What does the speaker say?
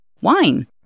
wine